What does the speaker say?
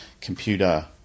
computer